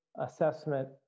assessment